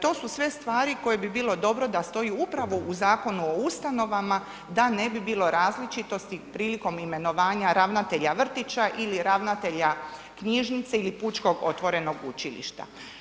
To su sve stvari koje bi bilo dobro da stoje upravo u Zakonu o ustanovama da ne bi bilo različitosti prilikom imenovanja ravnatelja vrtića ili ravnatelja knjižnice ili pučkog otvorenog učilišta.